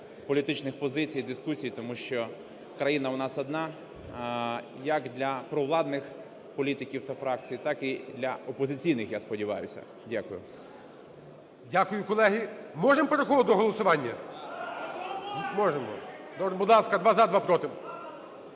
політичних позицій, дискусій, тому що країна у нас одна як для провладних політиків та фракцій, так і для опозиційних, я сподіваюся. Дякую. ГОЛОВУЮЧИЙ. Дякую, колеги. Можемо переходити до голосування? Можемо. Будь ласка: два – за, два – проти.